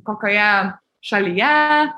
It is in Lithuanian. kokioje šalyje